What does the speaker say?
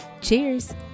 Cheers